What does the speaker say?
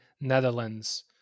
netherlands